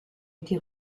été